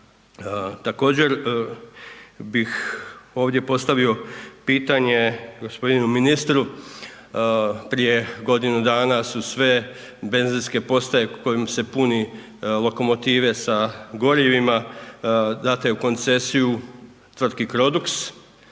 Također bih ovdje postavio pitanje gospodinu ministru, prije godinu dana su sve benzinske postaje kojima se pune lokomotive sa gorivima date u koncesiju tvtki Crodux